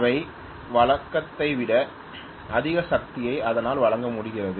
அவை வழங்குவதை விட அதிக சக்தியை அதனால் வழங்க முடியாது